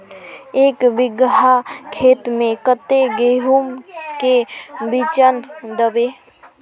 एक बिगहा खेत में कते गेहूम के बिचन दबे?